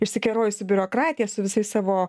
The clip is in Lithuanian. išsikerojusi biurokratija su visais savo